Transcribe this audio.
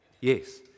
Yes